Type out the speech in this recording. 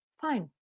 Fine